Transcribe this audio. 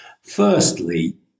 Firstly